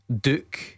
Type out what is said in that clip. Duke